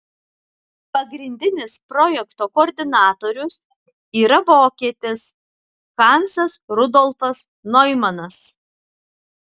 pagrindinis projekto koordinatorius yra vokietis hansas rudolfas noimanas